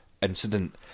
incident